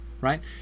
right